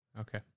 Okay